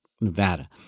Nevada